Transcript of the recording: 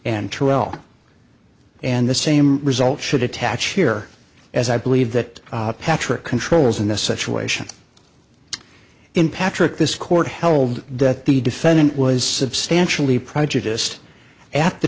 l and the same result should attach here as i believe that patrick controls in the situation in patrick this court held that the defendant was substantially prejudiced at the